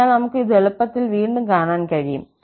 അതിനാൽ നമുക്ക് ഇത് എളുപ്പത്തിൽ വീണ്ടും കാണാൻ കഴിയും